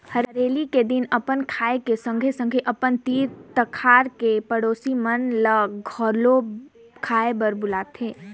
हरेली के दिन अपन खाए के संघे संघे अपन तीर तखार के पड़ोसी मन ल घलो खाए बर बुलाथें